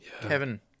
Kevin